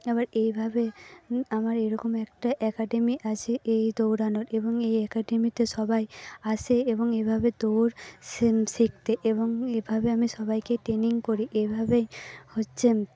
এবার এইভাবে আমার এইরকম একটা অ্যাকাডেমি আছে এই দৌড়ানোর এবং এই অ্যাকাডেমিতে সবাই আসে এবং এভাবে দৌড় শিখতে এবং এভাবে আমি সবাইকে ট্রেনিং করি এভাবেই হচ্ছে